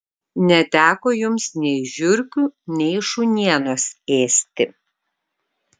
neteko jums nei žiurkių nei šunienos ėsti